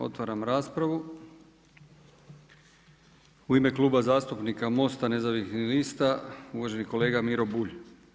Otvaram raspravu u ime Kluba zastupnik Most-a nezavisnih lista, uvaženi kolega Miro Bulj.